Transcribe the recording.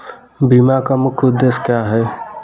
बीमा का मुख्य उद्देश्य क्या है?